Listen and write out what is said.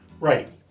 right